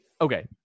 Okay